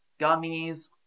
gummies